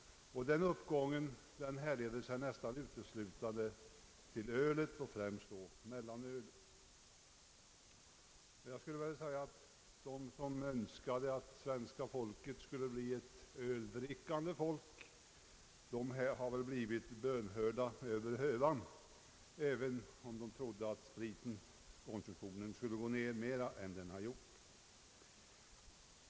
Den uppgången beror nästan uteslutande på ölet, främst då mellanölet. Jag skulle vilja säga att de som önskade att svenska folket skulle bli ett öldrickande folk har blivit bönhörda över hövan, även om de trodde att spritkonsumtionen skulle gå ned mer än den har gjort.